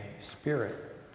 spirit